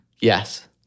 Yes